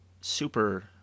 super